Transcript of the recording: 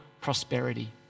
prosperity